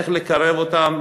איך לקרב אותם?